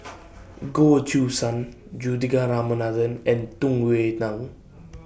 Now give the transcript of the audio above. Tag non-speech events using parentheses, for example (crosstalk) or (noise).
(noise) Goh Choo San Juthika Ramanathan and Tung Yue Nang